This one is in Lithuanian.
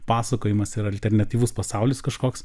pasakojimas ir alternatyvus pasaulis kažkoks